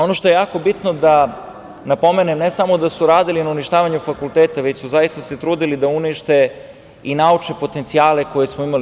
Ono što je jako bitno da napomenem, ne samo da su radili na uništavanju fakulteta, već su se zaista trudili da unište i naučne potencijale koje smo imali.